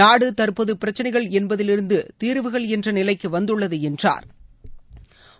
நாடு தற்போது பிரச்சினைகள் என்பதிலிருந்து தீர்வுகள் என்ற நிலைக்கு வந்துள்ளது என்றாா்